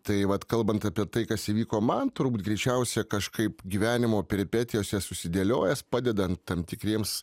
tai vat kalbant apie tai kas įvyko man turbūt greičiausia kažkaip gyvenimo peripetijose susidėliojęs padedant tam tikriems